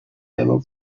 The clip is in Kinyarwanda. baguma